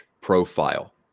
profile